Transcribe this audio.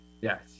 Yes